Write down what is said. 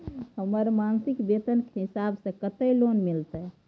हमर मासिक वेतन के हिसाब स कत्ते लोन मिलते?